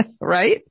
Right